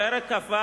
פרק כ"ו,